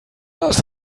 das